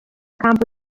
campo